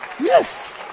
Yes